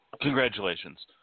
Congratulations